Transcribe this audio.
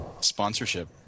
sponsorship